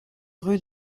rue